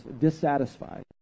dissatisfied